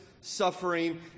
suffering